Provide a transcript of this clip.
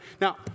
Now